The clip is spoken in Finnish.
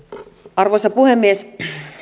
arvoisa puhemies